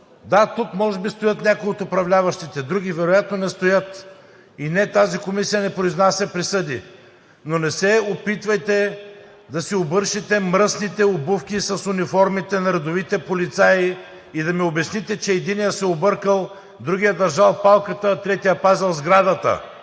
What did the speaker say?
да, тук може би стоят някои от управляващите, други вероятно не стоят. И не, тази комисия не произнася присъди! Но не се опитвайте да си обършете мръсните обувки с униформите на редовите полицаи и да ми обясните, че единият се е объркал, другият е държал палката, а третият пазел сградата!